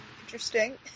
Interesting